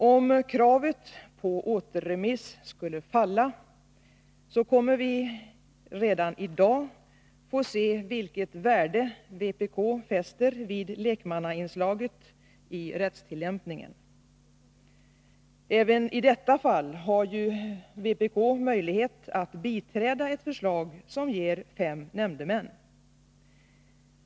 Om kravet på återremiss skulle falla, kommer vi redan i dag att få se vilket värde vpk fäster vid lekmannainslaget i rättstillämpningen. Även i detta fall har ju vpk möjlighet att biträda ett förslag som ger fem nämndemän.